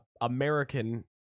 American